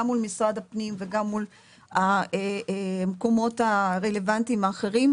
מול משרד הפנים וגם מול המקומות הרלוונטיים האחרים,